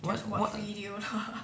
what what